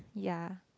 yeah